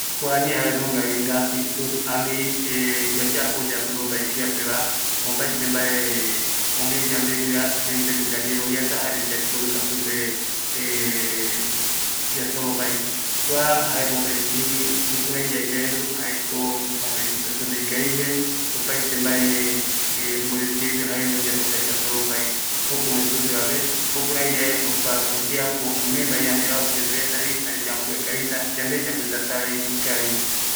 Ñanemiariyae kua gratitud jei supe vare ta ikaviko añetete yande yayapoavei kiape oyapo yande mbae ikaviva yae yayapovi yasoropai supe jaeko yayapota supe jae añetete iporoaɨu reve yande mborɨ jare yande angareko jare yayapotavi yasoropai